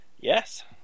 Yes